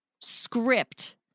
script